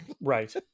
right